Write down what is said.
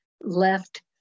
left